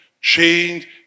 Change